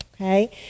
okay